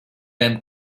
them